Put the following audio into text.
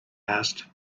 asked